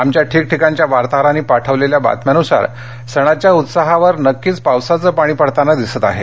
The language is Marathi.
आमच्या ठिकठिकाणच्या वार्ताहरांनी पाठवलेल्या बातम्यांनुसार सणाच्या उत्साहावर नक्कीच पावसाचं पाणी पडताना दिसत आहे